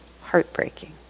heartbreaking